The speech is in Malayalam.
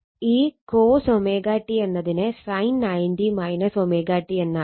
ഈ cos ω t എന്നതിനെ sin 90° ω t എന്നാക്കാം